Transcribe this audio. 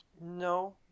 No